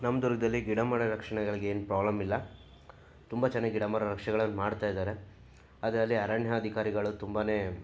ನಮ್ಮ ದುರ್ಗದಲ್ಲಿ ಗಿಡ ಮರ ರಕ್ಷಣೆಗಳಿಗೆ ಏನು ಪ್ರಾಬ್ಲಮ್ ಇಲ್ಲ ತುಂಬ ಚೆನ್ನಾಗಿ ಗಿಡ ಮರ ರಕ್ಷಣೆಗಳನ್ನು ಮಾಡ್ತಾ ಇದ್ದಾರೆ ಅದರಲ್ಲಿ ಅರಣ್ಯ ಅಧಿಕಾರಿಗಳು ತುಂಬನೇ